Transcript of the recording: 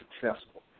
successful